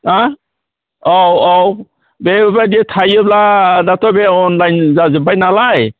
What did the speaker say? मा औ औ बेफोरबायदि थायोब्ला दाथ' बे अनलाइन जाजोब्बाय नालाय